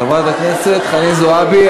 חברת הכנסת חנין זועבי,